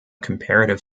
comparative